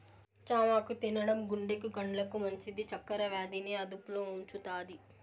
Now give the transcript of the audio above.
చామాకు తినడం గుండెకు, కండ్లకు మంచిది, చక్కర వ్యాధి ని అదుపులో ఉంచుతాది